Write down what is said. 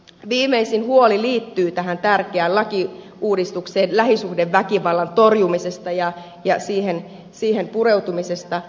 viimeisin huoli liittyy tärkeään lakiuudistukseen lähisuhdeväkivallan torjumisesta ja siihen pureutumisesta